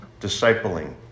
discipling